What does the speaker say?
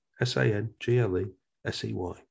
S-A-N-G-L-E-S-E-Y